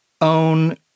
own